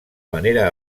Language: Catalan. manera